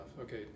Okay